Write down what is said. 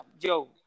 yo